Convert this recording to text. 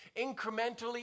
incrementally